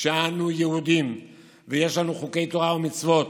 שאנו יהודים ויש לנו חוקי תורה ומצוות,